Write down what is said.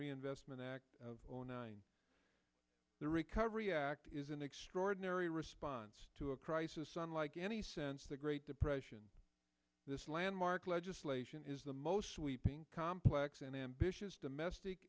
reinvestment act of nine the recovery act is an extraordinary response to a crisis unlike any sense the great depression this landmark legislation is the most sweeping complex and ambitious domestic